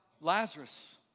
Lazarus